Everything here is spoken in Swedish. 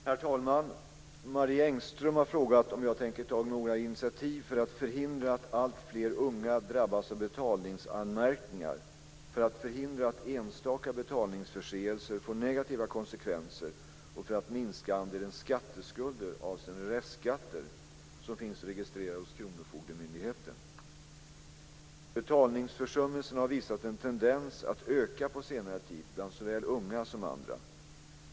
Herr talman! Marie Engström har frågat om jag tänker ta några initiativ för att förhindra att alltfler unga drabbas av betalningsanmärkningar, för att förhindra att enstaka betalningsförseelser får negativa konsekvenser och för att minska andelen skatteskulder avseende restskatter som finns registrerade hos kronofogdemyndigheten. Betalningsförsummelserna har visat en tendens att öka på senare tid bland såväl unga som andra.